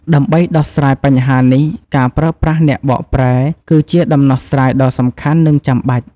ដើម្បីដោះស្រាយបញ្ហានេះ ការប្រើប្រាស់អ្នកបកប្រែ គឺជាដំណោះស្រាយដ៏សំខាន់ និងចាំបាច់។